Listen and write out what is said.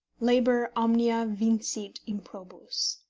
labor omnia vincit improbus.